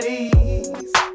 ease